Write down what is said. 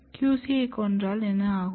QC யைக் கொன்றால் என்ன ஆகும்